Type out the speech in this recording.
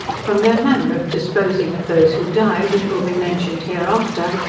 from their manner of disposing of those who die, which will be mentioned hereafter,